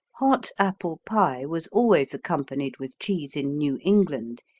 hot apple pie was always accompanied with cheese in new england,